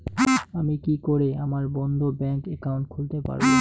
আমি কি করে আমার বন্ধ ব্যাংক একাউন্ট খুলতে পারবো?